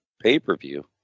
pay-per-view